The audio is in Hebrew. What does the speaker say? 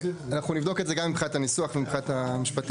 אנחנו נבדוק את זה גם מבחינת הניסוח ומבחינה משפטית.